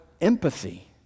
empathy